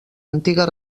antigues